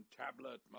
tablet